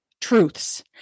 truths